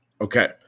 Okay